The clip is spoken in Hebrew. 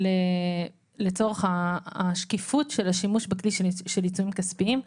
לצורך השקיפות של השימוש בכלי של עיצומים כספיים.